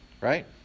right